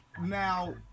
Now